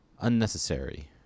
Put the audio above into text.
unnecessary